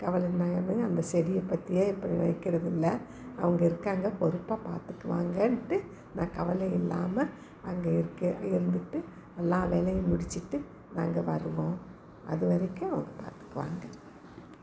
கவலையில்லாம அந்த செடியை பற்றியே இப்போ நினைக்குறதுல்ல அவங்க இருக்காக்காங்க பொறுப்பாக பார்த்துக்குவாங்கன்ட்டு நான் கவலை இல்லாமல் அங்கே இருக்க இருந்துவிட்டு எல்லாம் வேலையும் முடிச்சுக்கிட்டு நாங்கள் வருவோம் அது வரைக்கும் பார்த்துக்குவாங்க